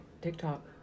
TikTok